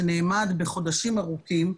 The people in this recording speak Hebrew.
שנאמד בחודשים ארוכים,